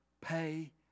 pay